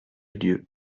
lieu